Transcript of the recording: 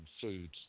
food